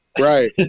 Right